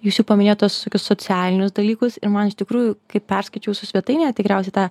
jūs jau paminėjot tuos tokius socialinius dalykus ir man iš tikrųjų kai perskaičiau jūsų svetainėje tikriausiai tą